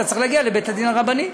הוא צריך להגיע לבית-הדין הרבני.